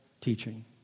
teaching